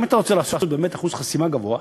אם אתה רוצה לעשות באמת אחוז חסימה גבוה,